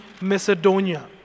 Macedonia